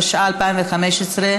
התשע"ה 2015,